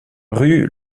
rue